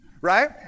right